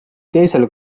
teisel